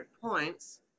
points